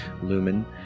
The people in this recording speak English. Lumen